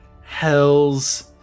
hells